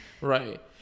Right